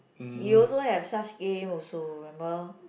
you also have such game also remember